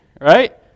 right